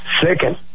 second